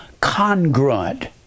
congruent